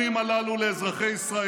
בושה וחרפה.